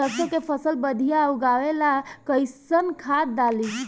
सरसों के फसल बढ़िया उगावे ला कैसन खाद डाली?